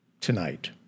tonight